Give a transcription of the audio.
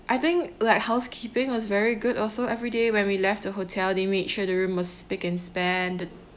I think like housekeeping was very good also every day when we left the hotel they made sure the room was spick and span the